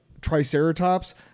triceratops